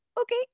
Okay